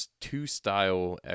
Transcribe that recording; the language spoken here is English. two-style